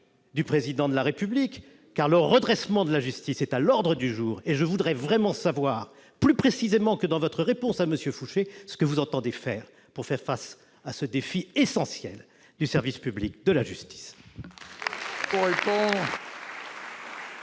du Président de la République, car le redressement de la justice est à l'ordre du jour. Je voudrais vraiment savoir, plus précisément que dans votre réponse à M. Fouché, ce que vous entendez faire face à ce défi essentiel du service public de la justice.